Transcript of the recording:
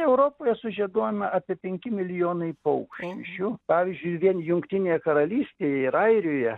europoje sužieduojama apie penki milijonai paukščių pavyzdžiui vien jungtinėje karalystėje ir airijoje